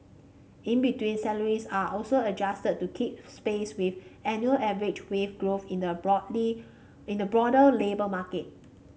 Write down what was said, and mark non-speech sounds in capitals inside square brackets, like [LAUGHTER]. in between salaries are also adjusted to keep space with annual average wage growth in the [UNINTELLIGIBLE] in the broader labour market